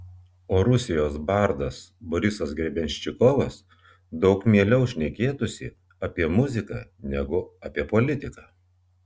o rusijos bardas borisas grebenščikovas daug mieliau šnekėtųsi apie muziką negu apie politiką